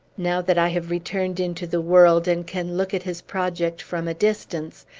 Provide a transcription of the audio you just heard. now that i have returned into the world, and can look at his project from a distance,